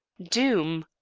doom!